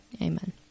Amen